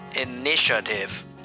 Initiative